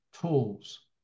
tools